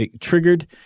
triggered